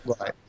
Right